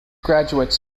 graduates